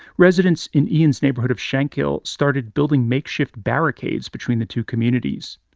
residents in ian's neighborhood of shankill started building makeshift barricades between the two communities.